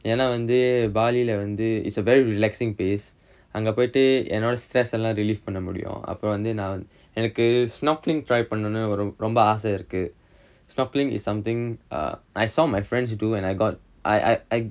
ஏன்னா வந்து:yaennaa vanthu bali leh வந்து:vanthu is a very relaxing place அங்க போயிட்டு என்னோட:anga poyittu ennoda stress எல்லாம்:ellaam release பண்ண முடியும் அப்ப வந்து நா எனக்கு:panna mudiyum appa vanthu naa enakku snorkeling try பண்ணனுனு ரொம்ப ஆச இருக்கு:pannanunu romba aasa irukkku is something err I saw my friends you do and I got I I